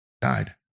died